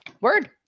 Word